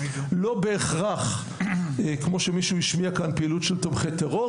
לא בהכרח כמו שמישהו השמיע כאן פעילות של תומכי טרור,